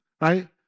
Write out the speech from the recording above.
Right